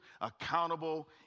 accountable